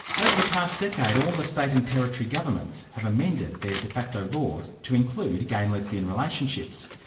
over the past decade, all the state and territory governments have amended their de facto laws to include gay and lesbian relationships.